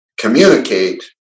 communicate